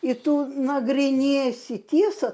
ir tu nagrinėsi tiesą